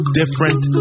different